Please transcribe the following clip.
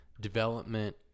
development